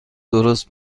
درست